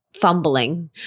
fumbling